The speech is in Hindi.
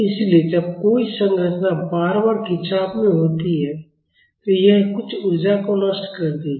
इसलिए जब कोई संरचना बार बार खिंचाव में होती है तो यह कुछ ऊर्जा को नष्ट कर देगी